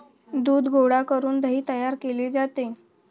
दूध गोळा करून दही तयार केले जाते